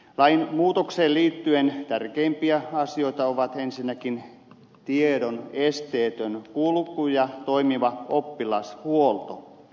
lainmuutokseen liittyen tärkeimpiä asioita ovat ensinnäkin tiedon esteetön kulku ja toimiva oppilashuolto